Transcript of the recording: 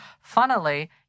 Funnily